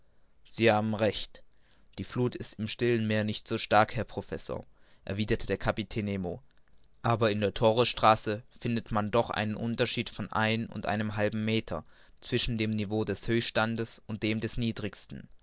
sie haben recht die fluth ist im stillen meer nicht so stark herr professor erwiderte der kapitän nemo aber in der torres straße findet man noch einen unterschied von ein und einem halben meter zwischen dem niveau des höhestandes und dem niedrigsten